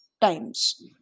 times